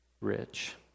rich